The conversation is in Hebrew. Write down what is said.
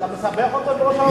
אתה מסבך אותו עם ראש הממשלה.